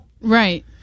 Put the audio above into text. Right